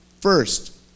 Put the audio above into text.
First